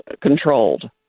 controlled